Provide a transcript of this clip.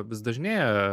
vis dažnėja